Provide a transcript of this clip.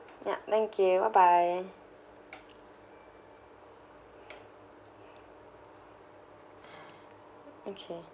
yup thank you bye bye